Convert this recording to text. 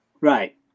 Right